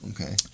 Okay